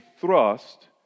thrust